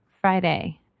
Friday